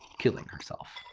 killing herself.